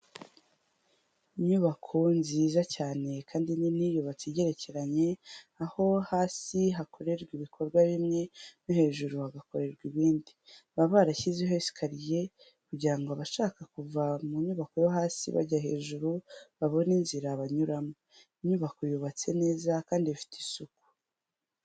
Inyubako nziza cyane kandi nini yubatse igerekeranye aho hasi hakorerwa ibikorwa bimwe no hejuru hagakorerwa ibindi, baba barashyizeho esikariye kugira ngo abashaka kuva mu nyubako yo hasi bajya hejuru babone inzira banyuramo, iyi nyubako yubatse neza kandi ifite isuku.